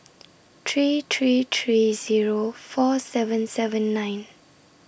three three three Zero four seven seven nine